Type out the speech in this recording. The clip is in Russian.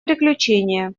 приключение